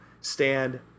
stand